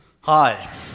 Hi